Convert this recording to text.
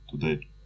today